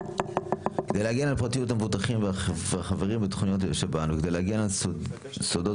כדי להגן על פרטיות המבוטחים והחברים בתוכניות שב"ן וכדי להגן על סודות